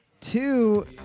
two